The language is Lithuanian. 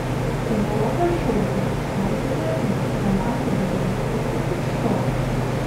penelopė šaukė jam taikėsi artyn galiausiai galėjo ištiesti futštoką